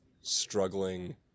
struggling